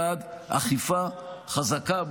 אני בעד אכיפה חזקה,